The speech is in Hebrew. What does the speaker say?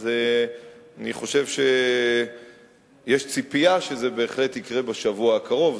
אז אני חושב שיש ציפייה שזה יקרה בשבוע הקרוב.